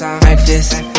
breakfast